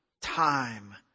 time